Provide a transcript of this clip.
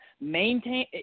maintain